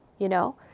you know?